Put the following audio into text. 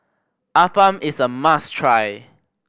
appam is a must try